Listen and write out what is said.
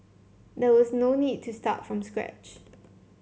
there was no need to start from scratch